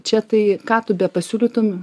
čia tai ką tu bepasiūlytum